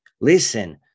listen